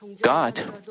God